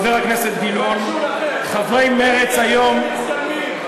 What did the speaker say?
חבר הכנסת גילאון, חברי מרצ היום, מצטלמים.